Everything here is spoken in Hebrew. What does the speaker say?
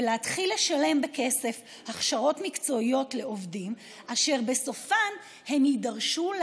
ולהתחיל לשלם בכסף על הכשרות מקצועיות לעובדים אשר בסופן הם יידרשו,